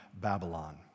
Babylon